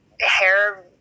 hair